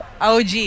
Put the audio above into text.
OG